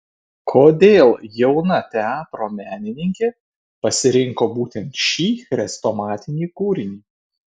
kodėl jauna teatro menininkė pasirinko būtent šį chrestomatinį kūrinį